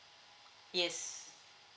yes